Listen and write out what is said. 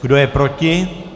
Kdo je proti?